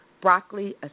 broccoli